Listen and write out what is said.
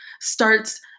starts